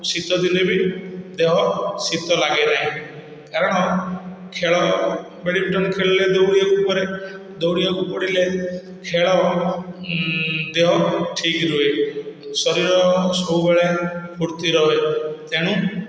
ଶୀତଦିନେ ବି ଦେହ ଶୀତ ଲାଗେନାହିଁ କାରଣ ଖେଳ ବ୍ୟାଡ଼ମିନ୍ଟନ୍ ଖେଳିଲେ ଦୌଡ଼ିଆକୁ ପଡ଼େ ଦୌଡ଼ିଆକୁ ପଡ଼ିଲେ ଖେଳ ଦେହକୁ ଠିକ୍ ରୁହେ ଶରୀର ସବୁବେଳେ ଫୁର୍ତ୍ତି ରହେ ତେଣୁ